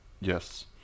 Yes